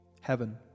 heaven